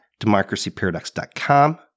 DemocracyParadox.com